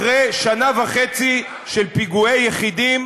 אחרי שנה וחצי של פיגועי יחידים,